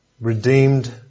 redeemed